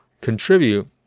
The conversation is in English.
Contribute